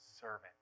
servant